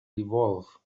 evolve